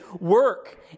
work